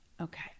okay